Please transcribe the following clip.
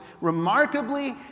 remarkably